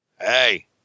Hey